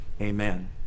Amen